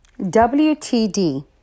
WTD